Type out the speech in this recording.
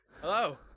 Hello